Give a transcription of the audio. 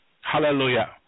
Hallelujah